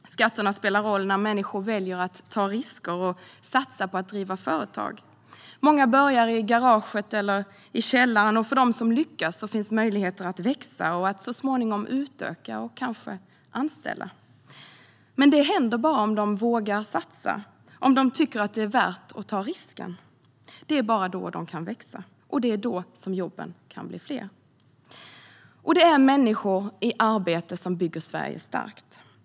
Skatterna spelar roll när människor väljer att ta risker och satsa på att driva företag. Många börjar i garaget eller i källaren, och för dem som lyckas finns möjligheter att växa och så småningom utöka och kanske anställa. Men det händer bara om de vågar satsa och om de tycker att det är värt att ta risken. Det är bara då som de kan växa, och det är då som jobben kan bli fler. Det är människor i arbete som bygger Sverige starkt.